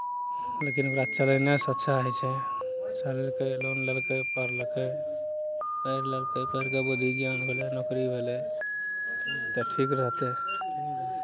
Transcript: लेकिन ओकरा चलेनाइसँ अच्छा होइ छै चलेलकै लोन लेलकै पढ़लकै पढ़ि लेलकै पढ़ि कऽ बुद्धि ज्ञान भेलै नौकरी भेलै तऽ ठीक रहतै